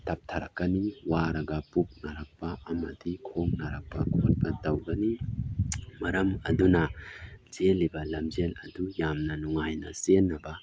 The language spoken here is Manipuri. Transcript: ꯇꯞꯊꯔꯛꯀꯅꯤ ꯋꯥꯔꯒ ꯄꯨꯛ ꯅꯥꯔꯛꯄ ꯑꯃꯗꯤ ꯈꯣꯡ ꯅꯥꯔꯛꯄ ꯈꯣꯠꯄ ꯇꯧꯒꯅꯤ ꯃꯔꯝ ꯑꯗꯨꯅ ꯆꯦꯜꯂꯤꯕ ꯂꯝꯖꯦꯟ ꯑꯗꯨ ꯌꯥꯝꯅ ꯅꯨꯡꯉꯥꯏꯅ ꯆꯦꯟꯅꯕ